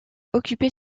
occuper